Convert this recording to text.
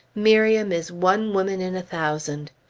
miriam is one woman in a thousand.